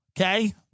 okay